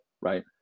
right